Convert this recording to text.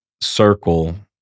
circle